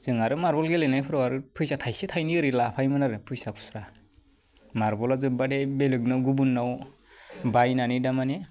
जों आरो मार्बल गेलेनायफ्राव फैसा थाइसे थाइनै ओरै लाफायोमोन आरो फैसा खुस्रा मार्बला जोबबाथाय बेलेकनाव गुबुन्नाव बायनानै दा माने